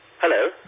Hello